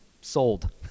Sold